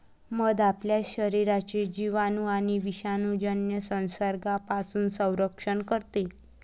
मध आपल्या शरीराचे जिवाणू आणि विषाणूजन्य संसर्गापासून संरक्षण करते